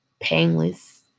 painless